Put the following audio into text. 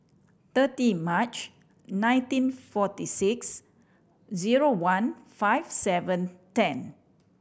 thirty March nineteen forty six zero one five seven ten